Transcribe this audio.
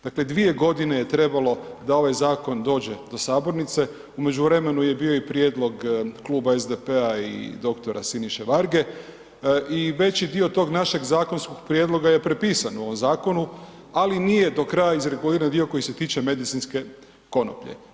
Dakle, 2 godine je trebalo da ovaj zakon dođe do sabornice, u međuvremenu je bio i prijedlog Kluba SDP-a i dr. Siniše Varge i veći dio tog našeg zakonskog prijedloga je prepisan u ovom zakonu, ali nije do kraja iz reguliran dio koji se tiče medicinske konoplje.